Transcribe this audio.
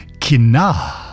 kina